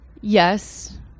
yes